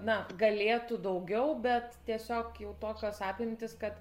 na galėtų daugiau bet tiesiog jau tokios apimtys kad